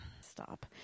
Stop